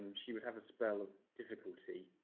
she would have a spell of difficulty